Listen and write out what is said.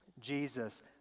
Jesus